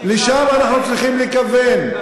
ולשם אנחנו צריכים לכוון.